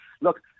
Look